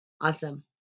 awesome